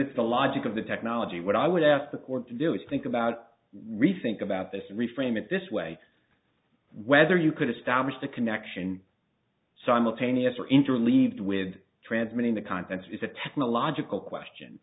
it's the logic of the technology what i would ask the court to do is think about rethink about this and reframe it this way whether you could establish the connection simultaneous or interleaved with transmitting the contents is a technological question